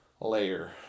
layer